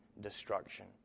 destruction